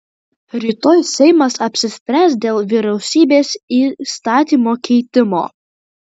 rytoj seimas apsispręs dėl vyriausybės įstatymo keitimo